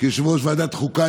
כיושב-ראש ועדת החוקה,